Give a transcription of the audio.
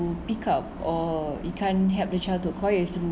pick up or you can't help the child to acquire through